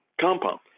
compound